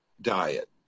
diet